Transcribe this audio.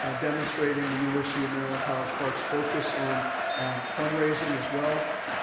ah demonstrating the university of maryland college park focus on on fundraising as well.